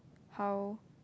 how